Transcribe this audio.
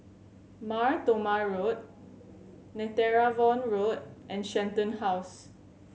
Mar Thoma Road Netheravon Road and Shenton House